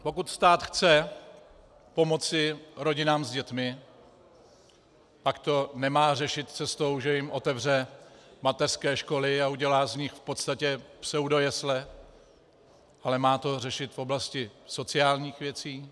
Pokud stát chce pomoci rodinám s dětmi, pak to nemá řešit cestou, že jim otevře mateřské školy a udělá z nich v podstatě pseudojesle, ale má to řešit v oblasti sociálních věcí.